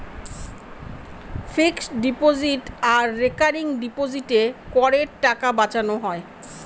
fixed deposit আর recurring ডিপোজিটে করের টাকা বাঁচানো হয়